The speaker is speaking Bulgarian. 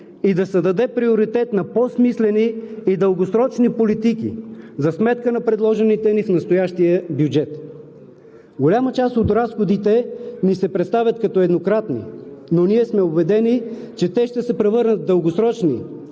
и да се даде приоритет на по-смислени и дългосрочни политики за сметка на предложените ни в настоящия бюджет. Голяма част от разходите ни се представят като еднократни, но ние сме убедени, че те ще се превърнат в дългосрочни.